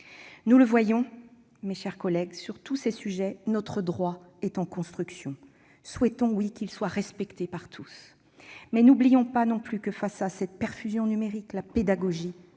Nous le voyons, mes chers collègues : sur tous ces sujets, notre droit est en construction. Souhaitons qu'il soit respecté par tous, mais n'oublions pas que, face à la « perfusion numérique » et